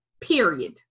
period